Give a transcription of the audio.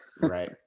Right